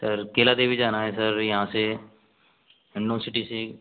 sir Kailadevi जाना है sir यहाँ से हिंडोन सिटी से